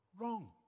Wrong